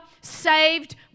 saved